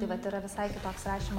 tai vat yra visai kitoks rašymo